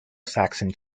saxon